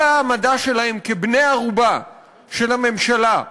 כל ההעמדה שלהם כבני-ערובה של הממשלה,